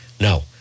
No